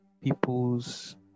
people's